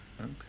Okay